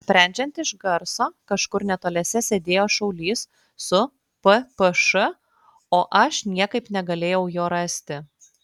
sprendžiant iš garso kažkur netoliese sėdėjo šaulys su ppš o aš niekaip negalėjau jo rasti